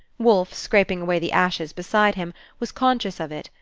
wolfe, scraping away the ashes beside him, was conscious of it,